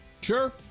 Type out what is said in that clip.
Sure